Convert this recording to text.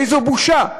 איזו בושה.